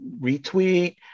retweet